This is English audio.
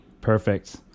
Perfect